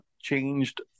changed